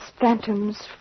phantoms